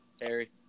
Harry